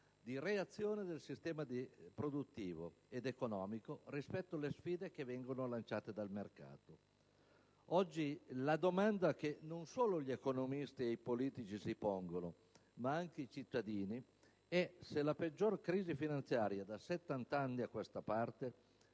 di reazione del sistema produttivo ed economico rispetto alle sfide che vengono lanciate dal mercato. Oggi, la domanda che non solo gli economisti e i politici si pongono, ma anche i cittadini, è se la peggior crisi finanziaria da settant'anni a questa parte